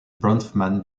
bronfman